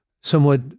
somewhat